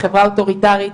חברה אוטוריטרית,